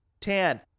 Tan